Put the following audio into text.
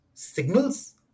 signals